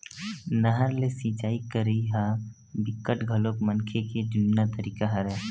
नहर ले सिचई करई ह बिकट घलोक मनखे के जुन्ना तरीका हरय